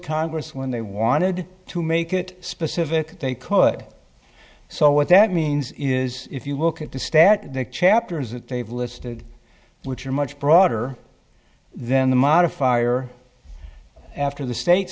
congress when they wanted to make it specific they could so what that means is if you look at the stat chapters that they've listed which are much broader than the modifier after the state